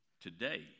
Today